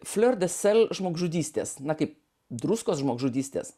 flior de sel žmogžudystės na kaip druskos žmogžudystės